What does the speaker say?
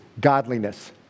Godliness